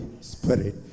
Spirit